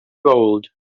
gold